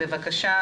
בבקשה